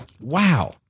Wow